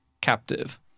captive